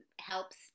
helps